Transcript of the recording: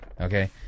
Okay